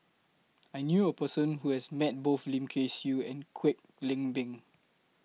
I knew A Person Who has Met Both Lim Kay Siu and Kwek Leng Beng